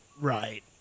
Right